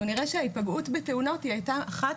אנחנו נראה שההיפגעות בתאונות הייתה אחת